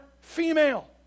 female